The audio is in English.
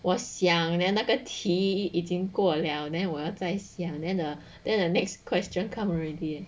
我想 then 那个题已经过了 then 我要在想 then the then the next question come already eh